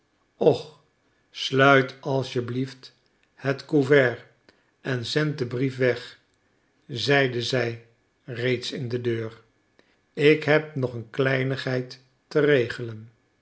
och sluit alsjeblieft het couvert en zend den brief weg zeide zij reeds in de deur ik heb nog een kleinigheid te regelen